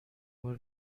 بار